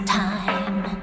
time